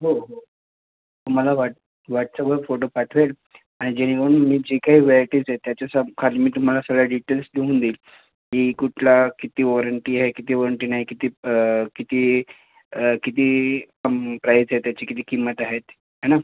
हो हो तुम्हाला व्हाट वाट्सअपवर फोटो पाठवेल आणि जेणेकरून तुम्ही जे काही वॅटेज आहे त्याच्या सब खाली मी तुम्हाला सगळ्या डिटेल्स लिहून देईल की कुठला किती वॉरंटी आहे किती वॉरंटी नाही किती किती किती प्राईज आहे त्याची किती किंमत आहे ती हे ना